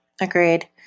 Agreed